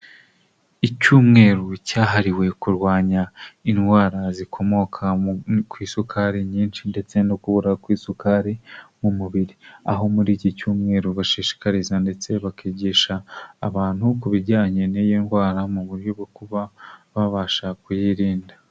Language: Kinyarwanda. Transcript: Icyumweru cyahariwe kurwanya indwara zikomoka ku isukari nyinshi ndetse no kubura kw'isukari mu mubiri, aho muri iki cyumweru bashishikariza ndetse bakigisha abantu ku bijyanye n'iyi ndwara mu buryo bwo kuba babasha kuyirinda.